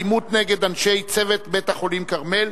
אלימות נגד אנשי צוות בית-החולים "כרמל".